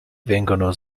vengono